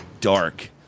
dark